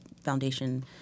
foundation